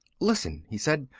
listen, he said.